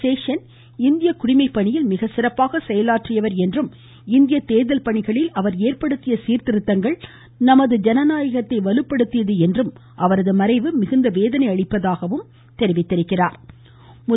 சேஷன் இந்திய குடிமைப் பணியில் மிகச்சிறப்பாக செயலாற்றியவர் என்றும் இந்திய தேர்தல் பணிகளில் அவர் ஏற்படுத்திய சீர்திருத்தங்கள் நமதி ஜனநாயகத்தை வலுப்படுத்தியது என்றும் அவரது மறைவு மிகுந்த வேதனை அளிப்பதாகவும் தெரிவித்துள்ளார்